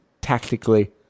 tactically